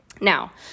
Now